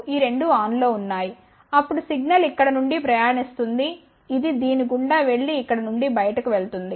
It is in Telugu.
ఈ రెండు ఆన్లో ఉన్నాయి అప్పుడు సిగ్నల్ ఇక్కడ నుండి ప్రయాణిస్తుంది ఇది దీని గుండా వెళ్లి ఇక్కడి నుండి బయటకు వెళ్తుంది